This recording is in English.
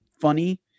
funny